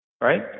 Right